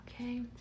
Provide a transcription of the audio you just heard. okay